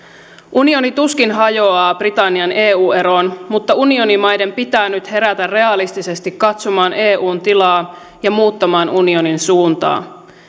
unioni tuskin hajoaa britannian eu eroon mutta unionimaiden pitää nyt herätä realistisesti katsomaan eun tilaa ja muuttamaan unionin suuntaa